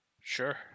sure